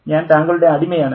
ഞാൻ താങ്കളുടെ അടിമയാണ്